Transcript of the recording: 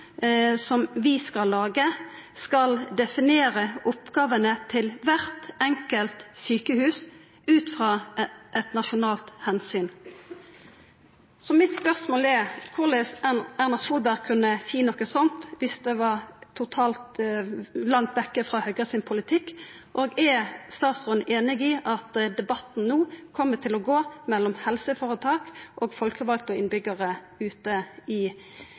helseplanen de skal lage vil definere oppgavene til hvert enkelt sykehus, også lokalt, ut fra et nasjonalt hensyn.» Mitt spørsmål er korleis Erna Solberg kunne seia noko slikt viss det var totalt langt vekke frå politikken til Høgre. Og er statsråden einig i at debatten no kjem til å gå mellom helseføretak og folkevalde og innbyggjarar ute i